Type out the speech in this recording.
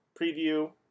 preview